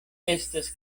estas